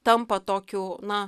tampa tokiu na